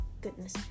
goodness